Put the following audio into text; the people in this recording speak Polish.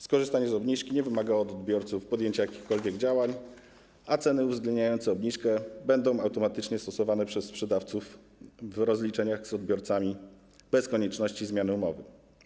Skorzystanie z obniżki nie wymaga od odbiorców podjęcia jakichkolwiek działań, a ceny uwzględniające obniżkę będą automatycznie stosowane przez sprzedawców w rozliczeniach z odbiorcami bez konieczności zmiany umowy.